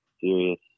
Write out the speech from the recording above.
serious